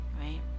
right